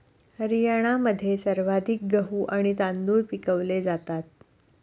हरियाणामध्ये सर्वाधिक गहू आणि तांदूळ पिकवले जातात